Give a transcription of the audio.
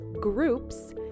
groups